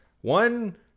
One